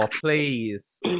please